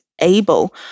able